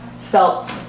felt